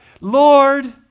Lord